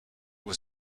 was